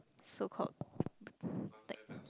so called